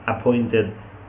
appointed